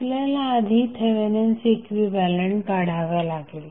आपल्याला आधी Thevenin's equivalent काढावा लागेल